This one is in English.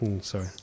Sorry